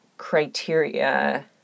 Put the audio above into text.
criteria